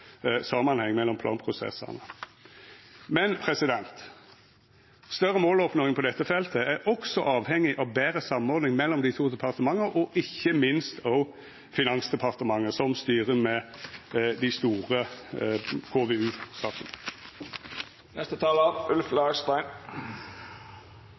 samanheng mellom planprosessane. Men større måloppnåing på dette feltet er også avhengig av betre samordning mellom dei to departementa og ikkje minst også med Finansdepartementet, som styrer med dei store